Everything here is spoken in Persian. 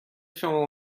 شما